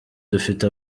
dufite